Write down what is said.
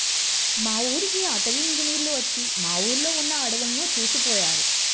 మా ఊరికి అటవీ ఇంజినీర్లు వచ్చి మా ఊర్లో ఉన్న అడువులను చూసిపొయ్యారు